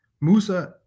Musa